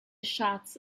shots